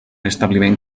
establiment